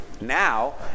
now